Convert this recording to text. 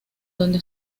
donde